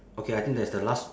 okay I think that is the last